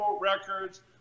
records